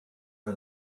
for